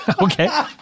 Okay